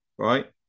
Right